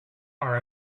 are